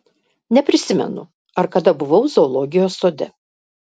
neprisimenu ar kada buvau zoologijos sode